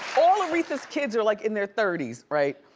all aretha's kids are like in their thirty s right?